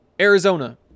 Arizona